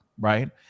right